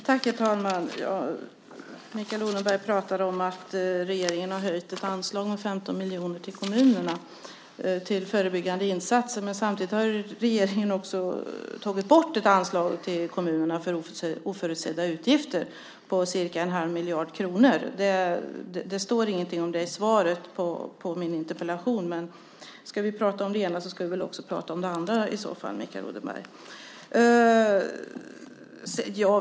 Herr talman! Mikael Odenberg pratade om att regeringen har höjt ett anslag till kommunerna för förebyggande insatser med 15 miljoner. Samtidigt har regeringen också tagit bort ett anslag till kommunerna för oförutsedda utgifter på cirka en halv miljard kronor. Det står inget om det i svaret på min interpellation, men ska vi prata om det ena ska vi väl också prata om det andra, Mikael Odenberg.